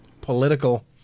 political